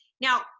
Now